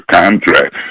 contract